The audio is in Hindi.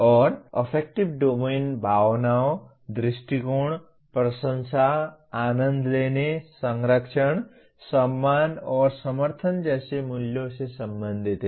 और अफेक्टिव डोमेन भावनाओं दृष्टिकोण प्रशंसा आनंद लेने संरक्षण सम्मान और समर्थन जैसे मूल्यों से संबंधित है